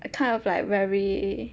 kind of like very